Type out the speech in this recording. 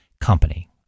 company